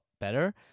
better